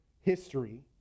history